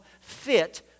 fit